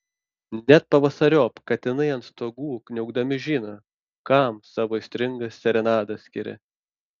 net pavasariop katinai ant stogų kniaukdami žino kam savo aistringas serenadas skiria